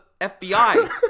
FBI